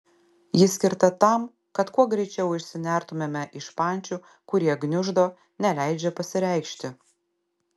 ji skirta tam kad kuo greičiau išsinertumėme iš pančių kurie gniuždo neleidžia pasireikšti